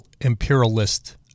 imperialist